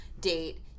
date